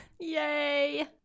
Yay